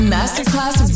Masterclass